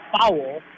foul